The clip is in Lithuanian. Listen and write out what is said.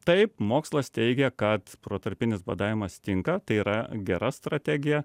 taip mokslas teigia kad protarpinis badavimas tinka tai yra gera strategija